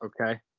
Okay